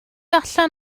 allan